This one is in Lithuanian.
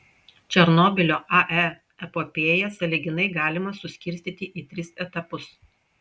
černobylio ae epopėją sąlyginai galima suskirstyti į tris etapus